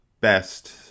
best